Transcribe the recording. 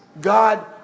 God